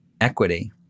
equity